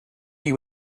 you